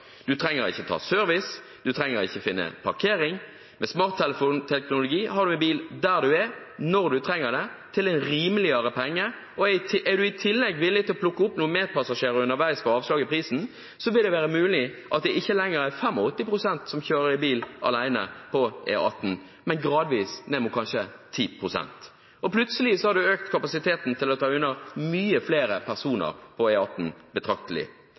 Du trenger ikke service, du trenger ikke finne parkering og med smarttelefonteknologi har du en bil der du er og når du trenger det, til en rimeligere penge. Er du i tillegg villig til å plukke opp noen medpassasjerer underveis for avslag i prisen, vil det være mulig at det ikke lenger er 85 pst. som kjører bil alene på E18, men gradvis ned mot kanskje 10 pst. Plutselig har man økt kapasiteten betraktelig til å ta unna mange flere personbiler på